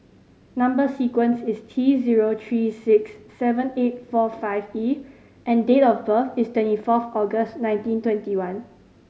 number sequence is T zero three six seven eight four five E and date of birth is twenty fourth August nineteen twenty one